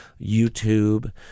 YouTube